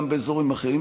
גם באזורים אחרים,